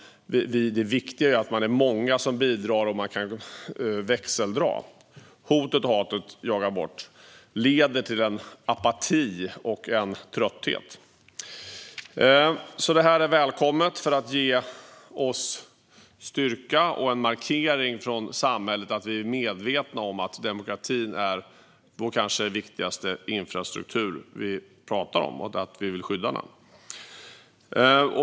Det viktiga är att det är många som bidrar och att man kan växeldra. Hotet och hatet jagar bort och leder till en apati och en trötthet. Det här förslaget är alltså välkommet för att ge oss styrka. Det är också en markering från samhället om att vi är medvetna om att demokratin är vår kanske viktigaste infrastruktur och att vi vill skydda den.